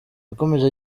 yakomeje